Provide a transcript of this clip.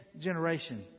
generation